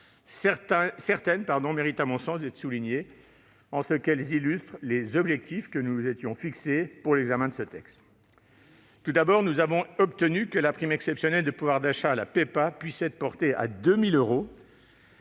certaines méritent à mon sens d'être soulignées en ce qu'elles illustrent les objectifs que nous nous étions fixés pour l'examen de ce texte. Nous avons obtenu que la prime exceptionnelle de pouvoir d'achat, la PEPA, puisse être portée à 2 000 euros